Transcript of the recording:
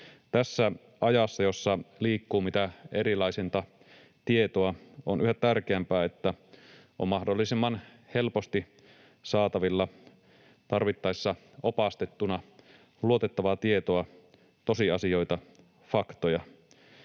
Tässä ajassa, jossa liikkuu mitä erilaisinta tietoa, on yhä tärkeämpää, että on mahdollisimman helposti saatavilla tarvittaessa opastettuna luotettavaa tietoa, tosiasioita, faktoja.